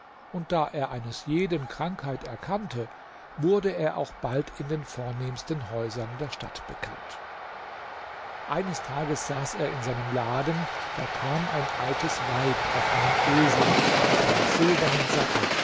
und da er eines jeden krankheit erkannte wurde er auch bald in den vornehmsten häusern der stadt bekannt eines tages saß er in seinem laden da kam ein altes weib auf einem esel mit einem silbernen sattel